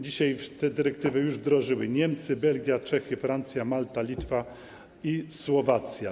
Dzisiaj tę dyrektywę wdrożyły już Niemcy, Belgia, Czechy, Francja, Malta, Litwa i Słowacja.